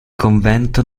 convento